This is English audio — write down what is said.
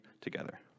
together